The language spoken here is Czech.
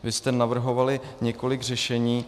Vy jste navrhovali několik řešení.